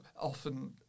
often